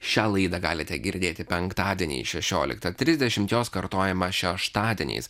šią laidą galite girdėti penktadienį šešioliktą trisdešimt jos kartojimą šeštadieniais